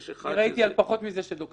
תהיה לנו את המתת תינוק